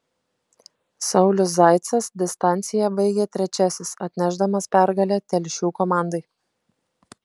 saulius zaicas distanciją baigė trečiasis atnešdamas pergalę telšių komandai